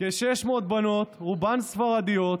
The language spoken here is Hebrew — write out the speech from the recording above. "כ-600 בנות, רובן ספרדיות,